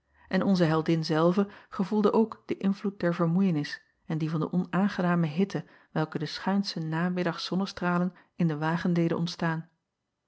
en onze heldin zelve gevoelde ook den invloed der vermoeienis en dien van de onaangename hitte welke de schuinsche namiddag zonnestralen in den wagen deden ontstaan